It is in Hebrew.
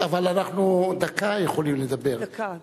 אבל אנחנו יכולים לדבר דקה,